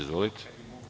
Izvolite.